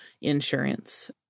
insurance